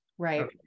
Right